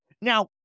Now